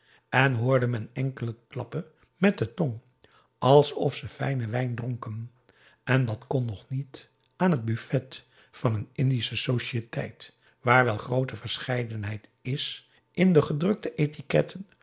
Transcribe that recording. en hoorde men enkelen klappen met de tong alsof ze fijnen wijn dronken en dat kon toch niet aan het buffet van een indische societeit waar wel groote verscheidenheid is in de gedrukte etiquetten